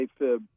AFib